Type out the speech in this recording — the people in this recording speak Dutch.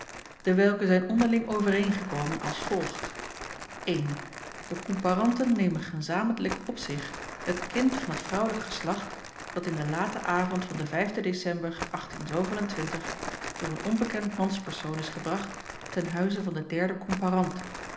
dewelke zijn onderling overeengekomen als volgt i de komparanten nemen gezamentlijk op zich het kind van t vrouwelijk geslacht dat in den laten avond van den vijfden ecember door een onbekend manspersoon is gebracht ten huize van den derden komparant